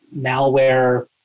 malware